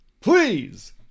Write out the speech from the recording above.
Please